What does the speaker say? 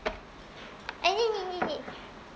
eh nyeh nyeh nyeh nyeh